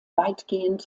weitgehend